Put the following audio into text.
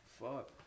Fuck